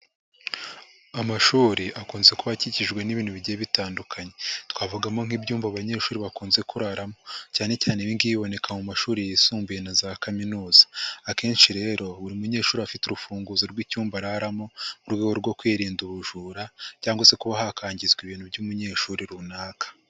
Amashuri akunze kuba akikijwe n'ibintu bigiye bitandukanye, twavugamo nk'ibyumba abanyeshuri bakunze kuraramo, cyane cyane ibi ngibi biboneka mu mashuri yisumbuye na za kaminuza, akenshi rero buri munyeshuri aba afite urufunguzo rw'icyumba araramo mu rwego rwo kwirinda ubujura cyangwa se kuba hakangizwa ibintu by'umunyeshuri runaka.